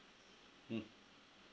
mm